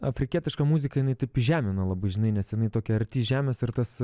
afrikietiška muzika jinai taip žemina labai žinai nes jinai tokia arti žemės ir tas